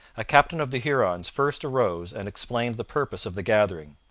a captain of the hurons first arose and explained the purpose of the gathering.